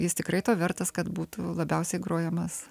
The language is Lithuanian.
jis tikrai to vertas kad būtų labiausiai grojamas